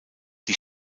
die